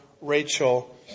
Rachel